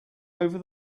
over